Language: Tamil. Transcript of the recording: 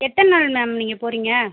எத்தனை நாள் மேம் நீங்கள் போகிறீங்க